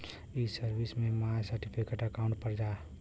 ई सर्विस में my certificate account पर जा